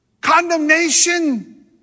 condemnation